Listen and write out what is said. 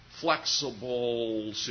flexible